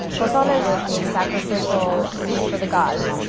pozole and was a sacrificial soup for the gods.